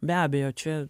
be abejo čia